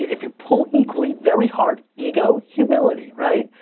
if you pull equally very hard, ego, humility, right?